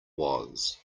was